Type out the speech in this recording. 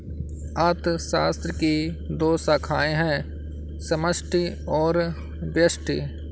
अर्थशास्त्र की दो शाखाए है समष्टि और व्यष्टि